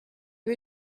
you